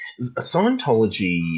Scientology